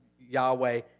Yahweh